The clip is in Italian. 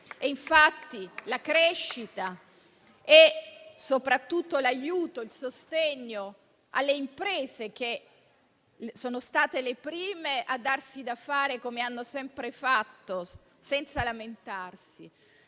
stati la crescita e soprattutto l'aiuto e il sostegno alle imprese, che sono state le prime a darsi da fare, come hanno sempre fatto, senza lamentarsi.